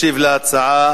מס' 5164,